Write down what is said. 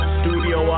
studio